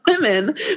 women